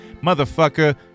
Motherfucker